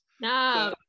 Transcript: No